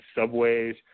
subways